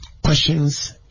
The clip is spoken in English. Questions